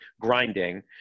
grinding